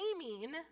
naming